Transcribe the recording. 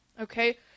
Okay